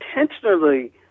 intentionally